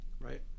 right